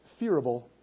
fearable